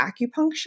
acupuncture